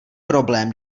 problém